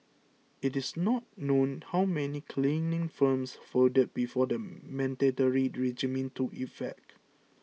it is not known how many cleaning firms folded before the mandatory regime took effect